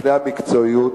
בפני המקצועיות.